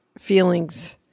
feelings